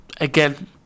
Again